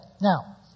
now